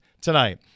tonight